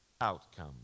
outcome